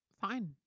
fine